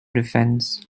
defence